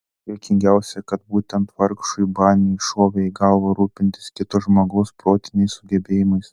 juokingiausia kad būtent vargšui baniui šovė į galvą rūpintis kito žmogaus protiniais sugebėjimais